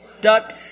duck